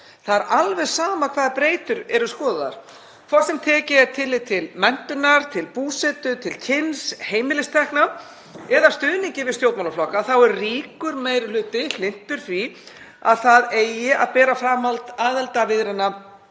Það er alveg sama hvaða breytur eru skoðaðar, hvort sem tekið er tillit til menntunar, búsetu, kyns, heimilis, tekna eða stuðnings við stjórnmálaflokka er ríkur meiri hluti hlynntur því að bera framhald aðildarviðræðna